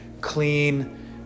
clean